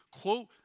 quote